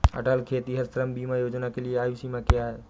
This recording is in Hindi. अटल खेतिहर श्रम बीमा योजना के लिए आयु सीमा क्या है?